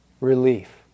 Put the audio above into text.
relief